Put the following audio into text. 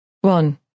One